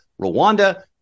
Rwanda